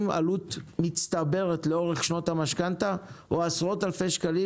עלות מצטברת לאורך שנות המשכנתא או עשרות אלפי שקלים.